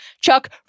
Chuck